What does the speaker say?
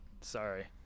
Sorry